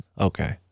Okay